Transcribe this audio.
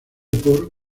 por